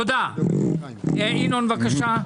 ינון, בבקשה.